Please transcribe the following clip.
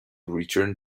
return